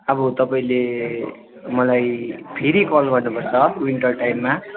अब तपाईँले मलाई फेरि कल गर्नु पर्छ विन्टर टाइममा